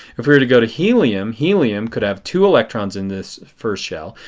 if we were to go to helium, helium could have two electrons in this first shell.